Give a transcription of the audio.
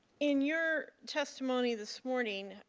in your testimony this morning,